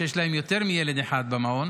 שיש להן יותר מילד אחד במעון.